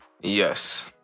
Yes